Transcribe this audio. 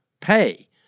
pay